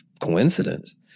coincidence